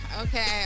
Okay